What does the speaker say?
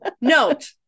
Note